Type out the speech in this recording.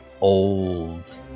old